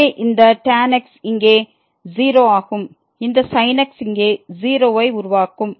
எனவே இந்த tan x இங்கே 0 ஆகும் இந்த sin x இங்கே 0 ஐ உருவாக்கும்